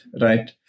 right